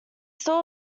still